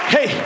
Hey